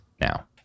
now